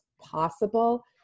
possible